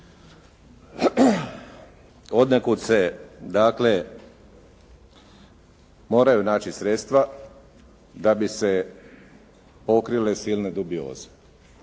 Odnekud se dakle moraju naći sredstva da bi se pokrile silne dubioze.